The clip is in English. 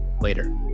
later